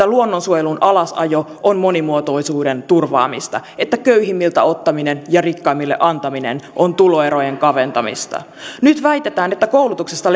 luonnonsuojelun alasajo on monimuotoisuuden turvaamista että köyhimmiltä ottaminen ja rikkaimmille antaminen on tuloerojen kaventamista nyt väitetään että koulutuksesta